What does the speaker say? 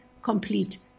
Complete